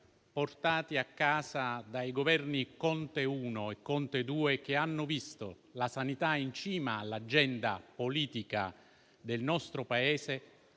portati a casa dai Governi Conte I e Conte II, che hanno visto la sanità in cima all'agenda politica del nostro Paese,